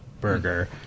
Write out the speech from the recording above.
burger